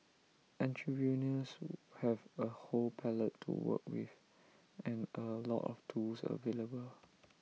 entrepreneurs have A whole palette to work with and A lot of tools available